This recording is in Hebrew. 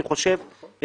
אני חושב,